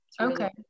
okay